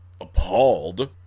appalled